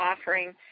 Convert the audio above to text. offering